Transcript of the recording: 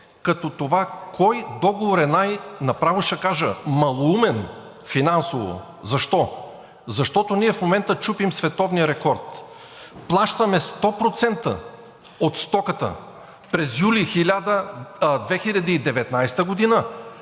като това кой договор е най-, направо ще кажа – малоумен финансово. Защо? Защото ние в момента чупим световния рекорд. Плащаме сто процента от стоката през месец юли 2019 г.,